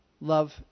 love